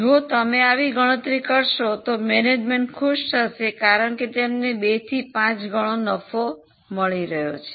જો તમે આવી ગણતરી કરશો તો વહીવટ ખુશ થશે કારણ કે તેમને 2 થી 5 ગણો નફો મળી રહ્યો છે